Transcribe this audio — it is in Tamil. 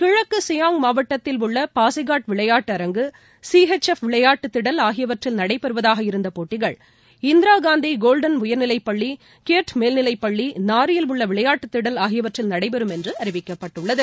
கிழக்கு சியாங் மாவட்டத்தில் உள்ள பாசிகட் விளையாட்டு அரங்கு சி எச் எஃப் விளையாட்டு திடல் ஆகியவற்றில் நடைபெறுவதாக இருந்த போட்டிகள் இந்திராகாந்தி கோல்டன் உயர்நிலைப்பள்ளி கீயிட் மேல்நிலைப்பள்ளி நாரியில் உள்ள விளையாட்டுத்திடல் ஆகியவற்றில் நடைபெறும் என்று அறிவிக்கப்பட்டுள்ளது